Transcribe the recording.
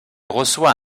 reçoit